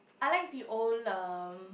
I like the old um